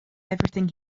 everything